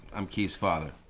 i'm ki's father.